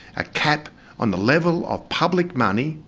a cap on the level of public money,